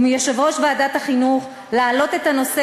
ומיושב-ראש ועדת החינוך להעלות את הנושא